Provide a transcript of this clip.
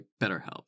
BetterHelp